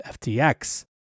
FTX